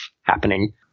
happening